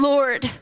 Lord